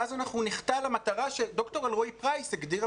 ואז אנחנו נחטא למטרה שד"ר אלרעי פרייס הגדירה,